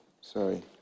Sorry